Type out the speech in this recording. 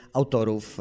autorów